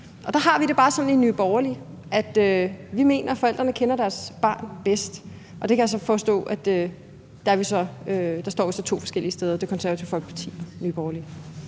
Der har vi det bare sådan i Nye Borgerlige, at vi mener, at forældrene kender deres barn bedst, og der kan jeg så forstå at Det Konservative Folkeparti og Nye Borgerlige